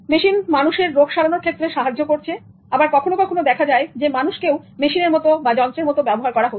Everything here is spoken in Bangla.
মেশিন মানুষের রোগ সারানোর ক্ষেত্রে সাহায্য করছে এবং কখনোও মানুষকে মেশিনের মত বা যন্ত্রের মত ব্যবহার করা হচ্ছে